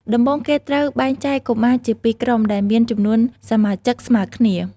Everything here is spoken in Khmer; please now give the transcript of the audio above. ដំបូង គេត្រូវបែងចែកកុមារជាពីរក្រុម ដែលមានចំនួនសមាជិកស្មើគ្នា។